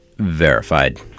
verified